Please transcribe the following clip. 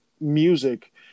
music